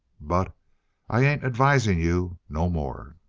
but i ain't advising you no more!